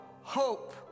hope